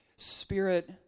Spirit